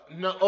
no